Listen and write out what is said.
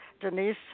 Denise